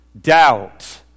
doubt